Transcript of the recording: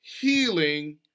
healing